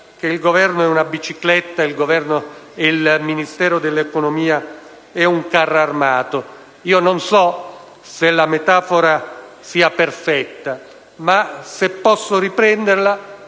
Parlamento è una bicicletta e il Ministero dell'economia è un carro armato. Io non so se la metafora sia perfetta, ma, se posso riprenderla,